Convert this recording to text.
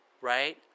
Right